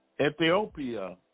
ethiopia